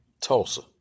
Tulsa